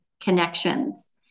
connections